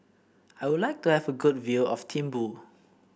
I would like to have a good view of Thimphu